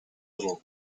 little